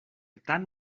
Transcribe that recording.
tant